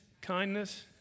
kindness